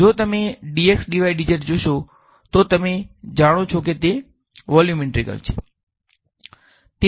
તેથી જો તમે જોશો તો તમે જાણો છો કે તે વોલ્યુમ ઇન્ટિગ્રલ છે